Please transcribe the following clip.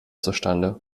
zustande